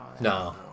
No